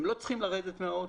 הם לא צריכים לרדת מהרכב.